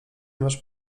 masz